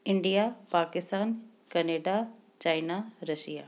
India Pakistan Canada China Russia